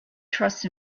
trust